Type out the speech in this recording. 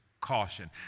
Caution